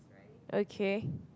okay